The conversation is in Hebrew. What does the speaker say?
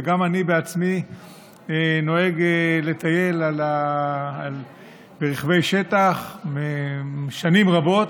וגם אני בעצמי נוהג לטייל על רכבי שטח שנים רבות.